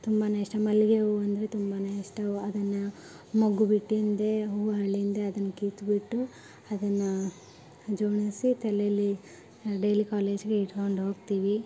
ತುಂಬ ಇಷ್ಟ ಮಲ್ಲಿಗೆ ಹೂವು ಅಂದರೆ ತುಂಬ ಇಷ್ಟ ಅದನ್ನು ಮೊಗ್ಗು ಬಿಟ್ಟಿದೆ ಹೂವು ಬಳ್ಳಿಯಿಂದ ಅದನ್ನು ಕಿತ್ತುಬಿಟ್ಟು ಅದನ್ನು ಜೋಡಿಸಿ ತಲೇಲಿ ಡೈಲಿ ಕಾಲೇಜಿಗೆ ಇಟ್ಕೊಂಡೋಗ್ತೀವಿ